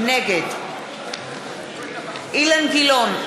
נגד אילן גילאון,